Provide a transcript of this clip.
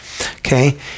okay